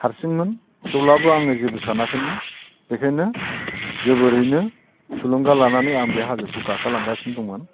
हारसिंमोन थेवब्लाबो आङो जेबो सानाखैमोन बेखायनो जोबोरैनो थुलुंगा लानानै आं बे हाजोखौ गाखोलांगासिनो दंमोन